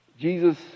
Jesus